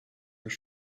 już